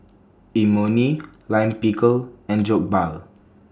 Imoni Lime Pickle and Jokbal